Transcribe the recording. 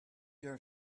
your